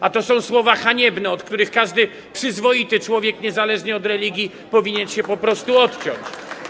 A to są słowa haniebne, od których każdy przyzwoity człowiek niezależnie od religii powinien się po prostu odciąć.